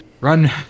Run